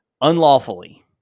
unlawfully